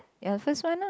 ya first one ah